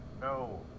no